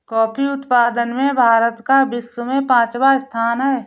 coffee उत्पादन में भारत का विश्व में पांचवा स्थान है